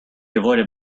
avoided